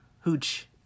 hooch